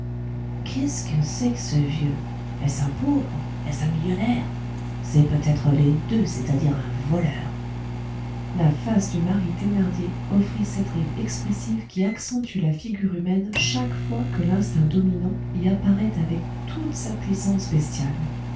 que c'est que ce vieux est-ce un pauvre est-ce un millionnaire c'est peut-être les deux c'est-à-dire un voleur la face du mari thénardier offrit cette ride expressive qui accentue la figure humaine chaque fois que l'instinct dominant y apparent avec toute sa puissance bestiale